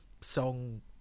song